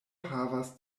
havas